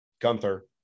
Gunther